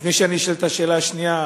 לפני שאני אשאל את השאלה השנייה,